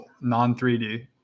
non-3D